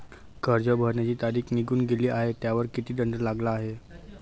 कर्ज भरण्याची तारीख निघून गेली आहे त्यावर किती दंड लागला आहे?